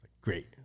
Great